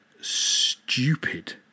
stupid